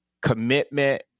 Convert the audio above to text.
commitment